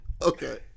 Okay